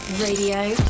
radio